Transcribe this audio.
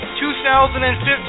2015